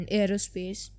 Aerospace